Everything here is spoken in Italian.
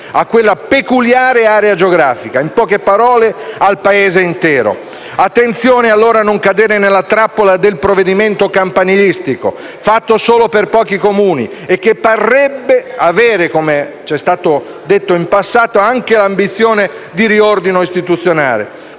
a quella peculiare area geografica, ma al Paese intero. Attenzione, allora, a non cadere nella trappola del provvedimento campanilistico, fatto solo per pochi Comuni e che parrebbe avere, come ci è stato detto in passato, anche l'ambizione di un riordino istituzionale.